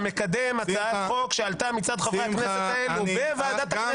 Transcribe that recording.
אתה מקדם הצעת חוק שעלתה מצד חברי הכנסת האלו בוועדת הכנסת.